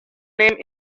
name